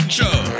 show